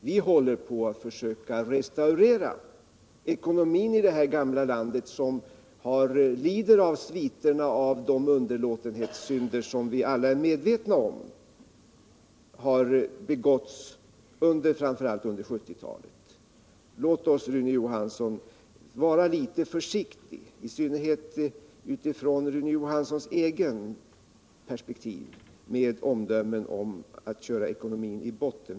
Vi håller på att försöka restaurera ekonomin i detta gamla land, som lider av sviterna av de underlåtenhetssynder som vi alla är medvetna om har begåtts under 1970-talet. Låt oss, Rune Johansson, vara litet försiktiga — i synnerhet bör Rune Johansson själv vara det — med omdömen om att ekonomin har körts i botten.